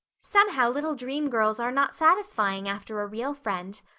somehow, little dream girls are not satisfying after a real friend.